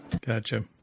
Gotcha